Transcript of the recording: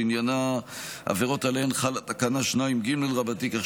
שעניינה העבירות שעליהן חלה תקנה 2ג כך